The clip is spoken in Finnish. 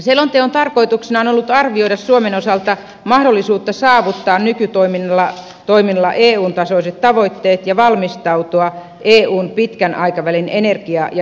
selonteon tarkoituksena on ollut arvioida suomen osalta mahdollisuutta saavuttaa nykytoimilla eun tasoiset tavoitteet ja valmistautua eun pitkän aikavälin energia ja ilmastotavoitteisiin